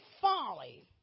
folly